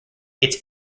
its